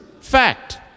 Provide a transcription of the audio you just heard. fact